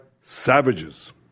savages